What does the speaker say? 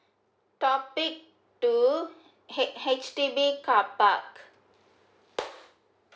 topic two h H_D_B car park